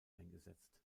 eingesetzt